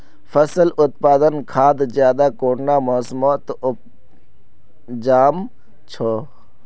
फसल उत्पादन खाद ज्यादा कुंडा मोसमोत उपजाम छै?